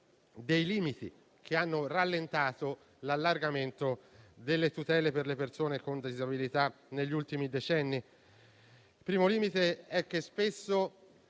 dei limiti che hanno rallentato l'ampliamento delle tutele per le persone con disabilità negli ultimi decenni. Il primo limite è che spesso